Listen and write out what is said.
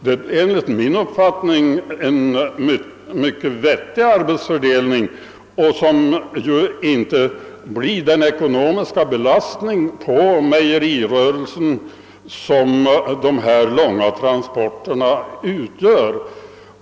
Detta är enligt min uppfattning en mycket förnuftig arbetsfördelning, ty därigenom minskar den ekonomiska belastning på mejerirörelsen som de långa transporterna utgör.